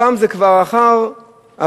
הפעם זה כבר אחרי ההפגנות,